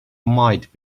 might